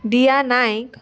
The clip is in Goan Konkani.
दिया नायक